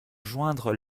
joindre